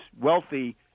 wealthy